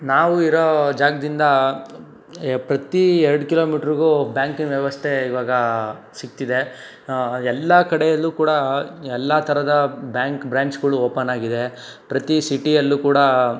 ನಾವು ಇರೋ ಜಾಗದಿಂದ ಪ್ರತಿ ಎರಡು ಕಿಲೋಮಿಟ್ರ್ಗೂ ಬ್ಯಾಂಕಿನ ವ್ಯವಸ್ಥೆ ಇವಾಗ ಸಿಕ್ತಿದೆ ಎಲ್ಲ ಕಡೆಯಲ್ಲೂ ಕೂಡ ಎಲ್ಲ ಥರದ ಬ್ಯಾಂಕ್ ಬ್ರ್ಯಾಂಚ್ಗಳು ಓಪನ್ ಆಗಿದೆ ಪ್ರತಿ ಸಿಟಿಯಲ್ಲೂ ಕೂಡ